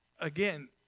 again